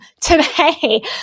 today